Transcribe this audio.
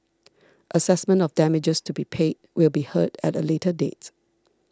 assessment of damages to be paid will be heard at a later date